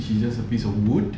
which is just a piece of wood